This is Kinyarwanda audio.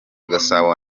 gasabo